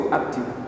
active